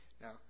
Now